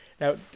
Now